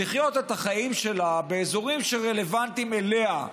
לחיות את החיים שלה באזורים שרלוונטיים אליה,